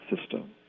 system